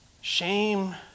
shame